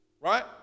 right